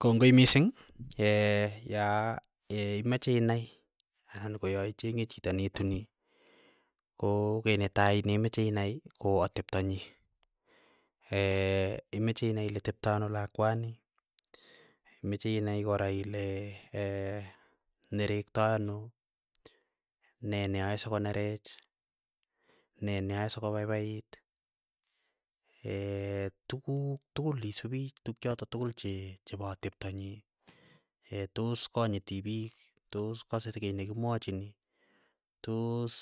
Kongoi misiing, yaa imeche inai anan ko yyaicheng'e chito netuni, koo kiiy netai nemeche inai koo atepto nyii. imeche inai ile tepto anoo lakwani, meche inai kora ile nerektai anoo, nee neae sokonerech, nee neae sokopaipait tuguuk tukul isupii tukchoto tugul che chepo atepto nyii. tos konyiti piik, tos kase kiiy nekimwachini, tos